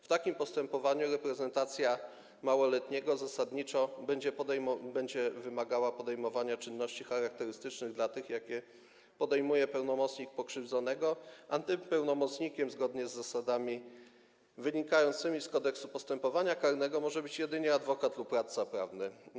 W takim postępowaniu reprezentacja małoletniego zasadniczo będzie wymagała podejmowania czynności charakterystycznych dla tych, jakie podejmuje pełnomocnik pokrzywdzonego, a tym pełnomocnikiem zgodnie z zasadami wynikającymi z Kodeksu postępowania karnego może być jedynie adwokat lub radca prawny.